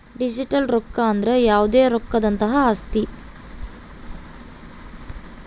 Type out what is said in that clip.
digital ರೊಕ್ಕ ಅಂದ್ರ ಯಾವ್ದೇ ರೊಕ್ಕದಂತಹ ಆಸ್ತಿ